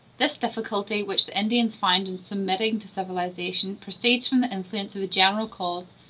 this difficulty which the indians find in submitting to civilization proceeds from the influence of a general cause,